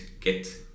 get